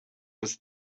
was